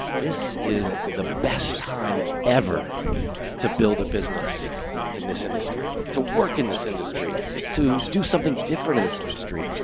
this is the best time ever to build a business in this industry toe work in this industry to do something different in this industry.